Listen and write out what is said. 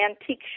antique